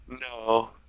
No